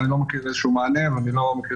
ואני לא מכיר איזשהו מענה ואני לא מכיר